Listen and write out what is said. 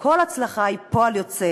וכל הצלחה היא פועל יוצא